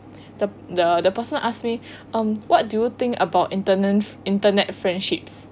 the the person ask me um what do you think about intern~ internet friendships